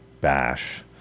bash